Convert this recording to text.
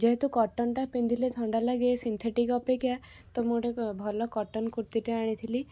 ଯେହେତୁ କଟନ୍ଟା ପିନ୍ଧିଲେ ଥଣ୍ଡା ଲାଗେ ସିନ୍ଥେଟିକ୍ ଅପେକ୍ଷା ତ ମୁଁ ଟିକିଏ ଭଲ କଟନ୍ କୁର୍ତ୍ତିଟେ ଆଣିଥିଲି